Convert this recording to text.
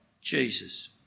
Jesus